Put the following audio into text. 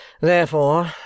Therefore